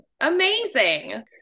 amazing